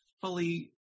fully